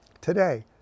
Today